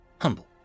humble